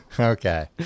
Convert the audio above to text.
Okay